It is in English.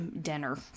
dinner